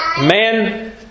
Man